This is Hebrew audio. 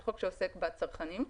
זה חוק שעוסק בצרכנים.